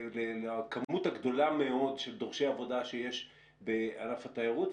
לכמות הגדולה מאוד של דורשי עבודה שיש בענף התיירות,